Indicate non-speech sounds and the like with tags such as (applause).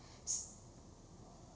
(noise)